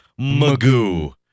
magoo